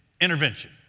Intervention